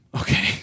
Okay